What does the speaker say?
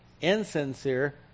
Insincere